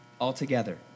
altogether